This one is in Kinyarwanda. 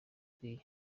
ikwiye